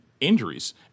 injuries